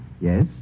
Yes